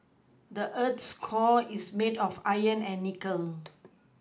the earth's core is made of iron and nickel